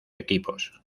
equipos